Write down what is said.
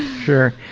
sure.